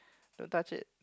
don't touch it